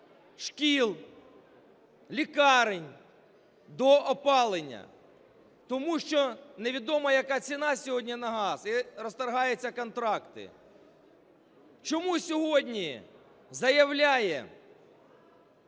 шкіл, лікарень до опалення, тому що невідомо яка ціна сьогодні на газ і розриваються контракти. Чому сьогодні заявляє